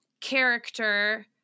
character